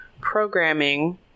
programming